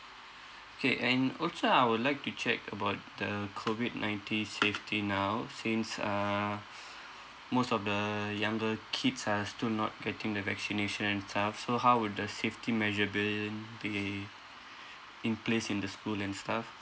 K and also I would like to check about the COVID nineteen safety now since uh most of the younger kids are still not getting the vaccination and stuff so how would the safety measure been be in place in the school and stuff